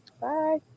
Bye